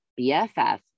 BFF